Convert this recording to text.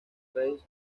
race